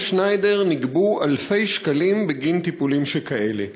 שניידר נגבו אלפי שקלים בגין טיפולים שכאלה.